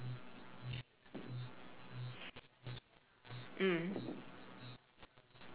mm